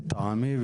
לטעמי,